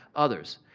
others.